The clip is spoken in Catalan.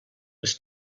les